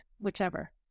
whichever